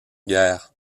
guerre